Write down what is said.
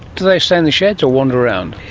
do they stay in the sheds or wander around?